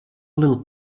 little